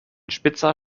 spitzer